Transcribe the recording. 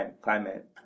climate